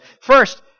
first